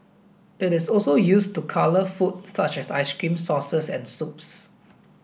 it is also used to colour food such as ice cream sauces and soups